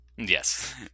Yes